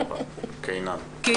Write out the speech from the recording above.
כל